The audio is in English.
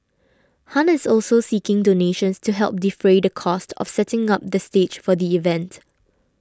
Han is also seeking donations to help defray the cost of setting up the stage for the event